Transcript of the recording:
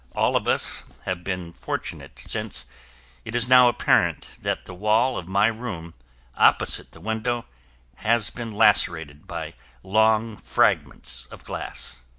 all of us have been fortunate since it is now apparent that the wall of my room opposite the window has been lacerated by long fragments of glass.